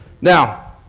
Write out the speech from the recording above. Now